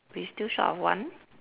we still short of one